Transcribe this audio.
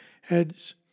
heads